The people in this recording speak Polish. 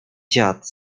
dziad